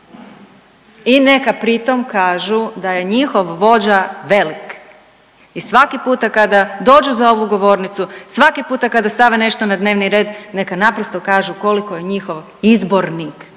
i neka pritom kažu da je njihov vođa velik i svaki puta kada dođu za ovu govornicu, svaki puta kada stave nešto na dnevni red neka naprosto kažu koliko je njihov izbornik,